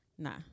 Nah